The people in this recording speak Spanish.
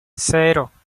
cero